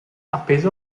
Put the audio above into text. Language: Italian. appeso